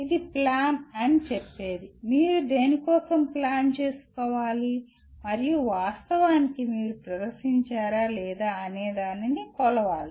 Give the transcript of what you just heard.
ఇది "ప్లాన్" అని చెప్పేది మీరు దేనికోసం ప్లాన్ చేసుకోవాలి మరియు వాస్తవానికి మీరు ప్రదర్శించారా లేదా అనేదానిని కొలవాలి